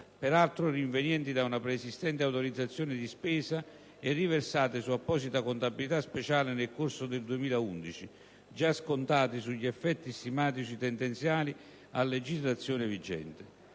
peraltro rinvenienti da una preesistente autorizzazione di spesa e riversate su apposita contabilità speciale nel corso del 2011, già scontati sugli effetti stimati sui tendenziali a legislazione vigente.